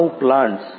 ૯ plants